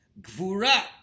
gvura